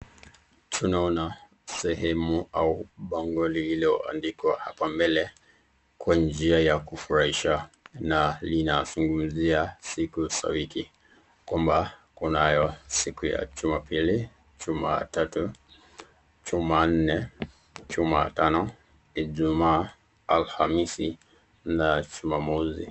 Tunaona sehemu au bango lililoandikwa hapa mbele kwa njia ya kufurahisha na linafungulia siku za wiki kwamba kunayo siku ya Jumapili, Jumatatu, Jumanne, Jumatano, Alhamisi, Ijumaa na Jumamosi.